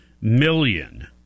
million